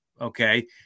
okay